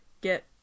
get